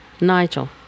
nigel